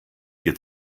ihr